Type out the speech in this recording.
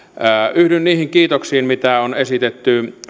yhdyn niihin kiitoksiin mitä on esitetty